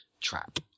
Trap